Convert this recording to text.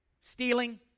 Stealing